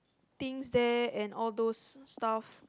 things there and all those stuff